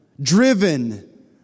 driven